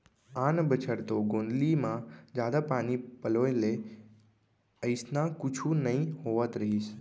आन बछर तो गोंदली म जादा पानी पलोय ले अइसना कुछु नइ होवत रहिस